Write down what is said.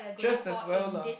just as well lah